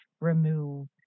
remove